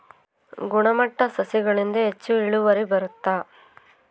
ಗುಣಮಟ್ಟ ಸಸಿಗಳಿಂದ ಹೆಚ್ಚು ಇಳುವರಿ ಬರುತ್ತಾ?